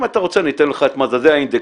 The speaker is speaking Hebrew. אם אתה רוצה אני אתן לך את מדדי האינדקסים,